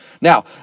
Now